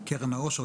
קרן העושר,